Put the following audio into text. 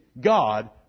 God